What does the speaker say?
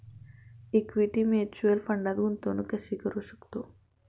Equity mutual फंडात गुंतवणूक कशी करू शकतो?